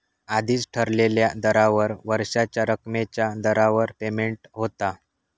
आधीच ठरलेल्या दरावर वर्षाच्या रकमेच्या दरावर पेमेंट होता